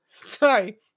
Sorry